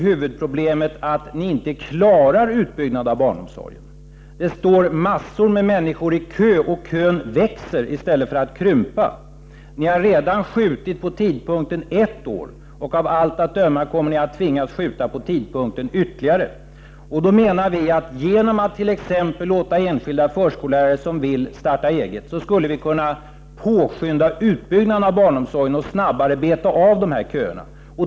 Huvudproblemet är ju att ni inte klarar utbyggnaden av barnomsorgen. Det står massor av människor i kö, och köerna växer i stället för att krympa. Ni har redan skjutit på tidpunkten ett år, och av allt att döma kommer ni att tvingas skjuta på den ytterligare. Vi menar att man genom att t.ex. låta enskilda förskollärare som vill starta eget göra detta skulle kunna påskynda utbyggnaden av barnomsorgen och snabbare beta av köerna.